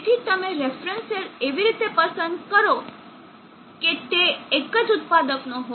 તેથી તમે reference cell એવી રીતે પસંદ કરો કે તે એક જ ઉત્પાદકનો હોય